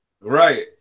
right